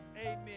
Amen